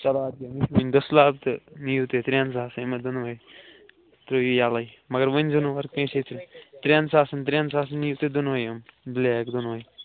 چلو اَدٕ کیٛاہ مےٚ چھُ وٕنہِ دٔسلاب تہٕ نِیِو تُہۍ ترٛٮ۪ن ساسن یِمہٕ دۄنوَے ترٛٲیِو یَلَے مگر ؤنۍزیو نہٕ اور کٲنسے تہٕ ترٛٮ۪ن ساسن ترٛٮ۪ن ساسن نِیِو تُہۍ دۄنوَے یِم بٕلیک دۄنوَے